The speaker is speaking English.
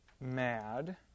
mad